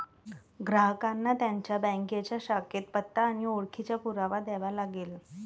ग्राहकांना त्यांच्या बँकेच्या शाखेत पत्ता आणि ओळखीचा पुरावा द्यावा लागेल